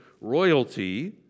royalty